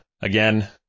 again